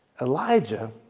Elijah